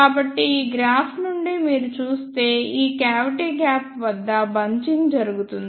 కాబట్టిఈ గ్రాఫ్ నుండి మీరు చూస్తే ఈ క్యావిటీ గ్యాప్ వద్ద బంచింగ్ జరుగుతుంది